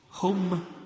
Home